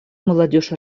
молодежь